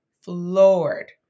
floored